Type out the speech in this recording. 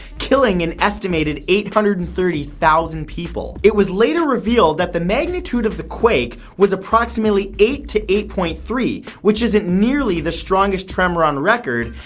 killing an estimated eight hundred and thirty thousand people. it was later revealed that the magnitude of the quake was approximately eight to eight point three, which isn't nearly the strongest tremor on record,